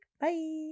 Bye